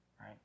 Right